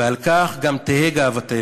ועל כך גם תהא גאוותנו.